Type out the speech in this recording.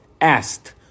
asked